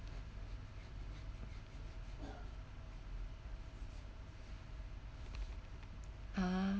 ah